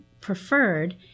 preferred